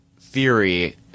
theory